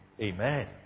Amen